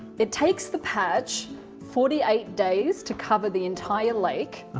it takes the patch forty eight days to cover the entire lake.